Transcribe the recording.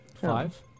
Five